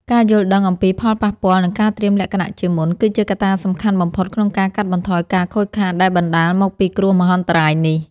ការយល់ដឹងអំពីផលប៉ះពាល់ និងការត្រៀមលក្ខណៈជាមុន គឺជាកត្តាសំខាន់បំផុតក្នុងការកាត់បន្ថយការខូចខាតដែលបណ្ដាលមកពីគ្រោះមហន្តរាយនេះ។